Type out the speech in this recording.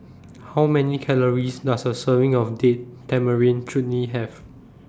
How Many Calories Does A Serving of Date Tamarind Chutney Have